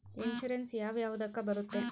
Insurance ಯಾವ ಯಾವುದಕ್ಕ ಬರುತ್ತೆ?